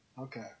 okay